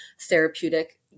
therapeutic